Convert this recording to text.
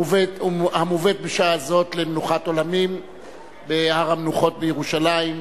המובאת בשעה זו למנוחת עולמים בהר-המנוחות בירושלים,